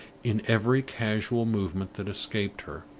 in every casual movement that escaped her,